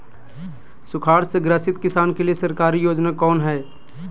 सुखाड़ से ग्रसित किसान के लिए सरकारी योजना कौन हय?